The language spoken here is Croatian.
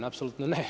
Apsolutno ne.